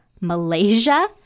Malaysia